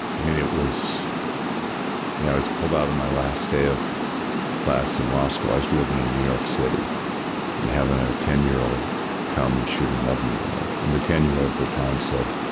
i mean, it was yeah i was pulled out of my last day of class in law school. i was living in new york city and having a ten year old come and shoot an eleven year old. and the ten year old at the time said,